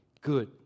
good